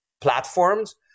platforms